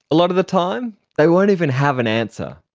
a lot of the time they won't even have an answer.